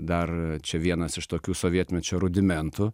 dar čia vienas iš tokių sovietmečio rudimentų